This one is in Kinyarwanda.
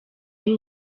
ari